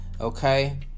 okay